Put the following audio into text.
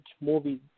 movies